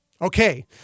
Okay